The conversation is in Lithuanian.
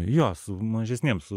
jo su mažesnėm su